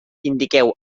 indiqueu